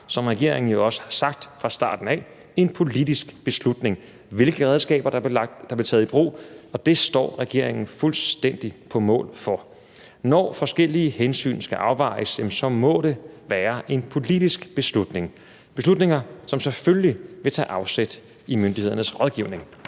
som regeringen jo også har sagt fra starten af, en politisk beslutning, hvilke redskaber der blev taget i brug, og det står regeringen fuldstændig på mål for. Når forskellige hensyn skal afvejes, må det være en politisk beslutning, som selvfølgelig vil tage afsæt i myndighedernes rådgivning.